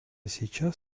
сейчас